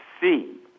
see